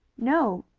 no.